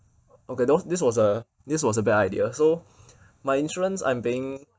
okay that was this was uh this was a bad idea so my insurance I'm being